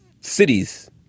cities